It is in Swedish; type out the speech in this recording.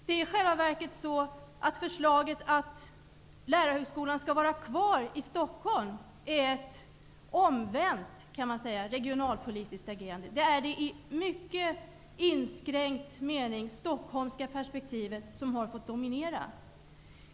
Det är i själva verket så att förslaget att Lärarhögskolan skall vara kvar i Stockholm är ett omvänt regionalpolitiskt agerande. Det är det i mycket inskränkt mening stockholmska perspektivet som har fått dominera.